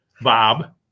Bob